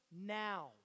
now